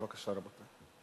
בבקשה, רבותי.